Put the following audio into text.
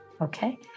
Okay